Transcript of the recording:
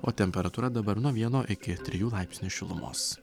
o temperatūra dabar nuo vieno iki trijų laipsnių šilumos